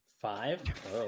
five